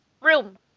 Room